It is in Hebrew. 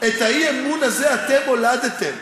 את האי-אמון הזה אתם הולדתם.